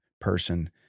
person